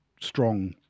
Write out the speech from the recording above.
strong